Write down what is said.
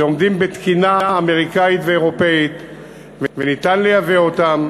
שעומדים בתקינה אמריקנית ואירופית וניתן לייבא אותם,